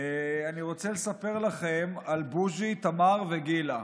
אני רוצה לספר לכם על בוז'י, תמר וגילה.